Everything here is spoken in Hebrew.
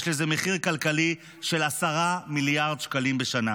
יש מחיר כלכלי של 10 מיליארד שקלים בשנה.